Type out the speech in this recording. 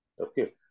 okay